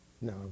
No